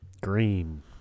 Green